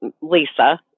Lisa